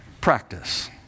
Practice